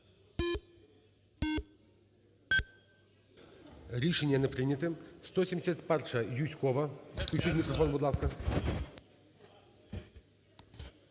Рішення не прийнято. 171-а, Юзькова. Включіть мікрофон, будь ласка.